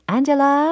Angela